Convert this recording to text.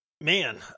Man